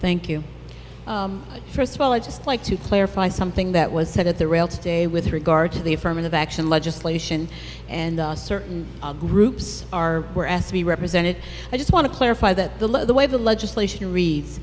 thank you first of all i'd just like to clarify something that was said at the rail today with regard to the affirmative action legislation and certain groups are were asked to be represented i just want to clarify that the way the legislation reads